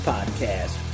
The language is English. Podcast